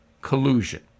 collusion